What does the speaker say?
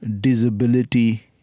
disability